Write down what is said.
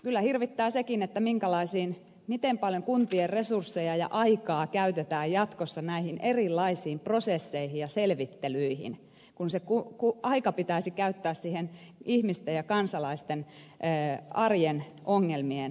kyllä hirvittää sekin miten paljon kuntien resursseja ja aikaa käytetään jatkossa näihin erilaisiin prosesseihin ja selvittelyihin kun se aika pitäisi käyttää siihen ihmisten ja kansalaisten arjen ongelmien ratkomiseen